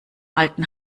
alten